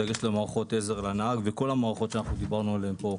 בדגש למערכות עזר לנהג וכל המערכות שדיברנו עליהם פה,